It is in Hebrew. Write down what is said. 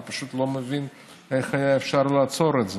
אני פשוט לא מבין איך היה אפשר לעצור את זה,